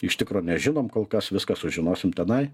iš tikro nežinom kol kas viską sužinosim tenai